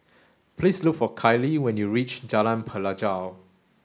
please look for Kylee when you reach Jalan Pelajau